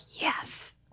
yes